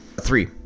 Three